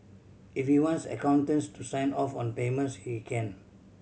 if you wants accountants to sign off on payments he can